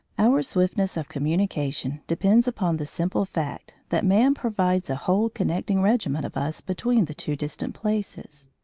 our swiftness of communication depends upon the simple fact that man provides a whole connecting regiment of us between the two distant places.